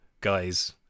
Guys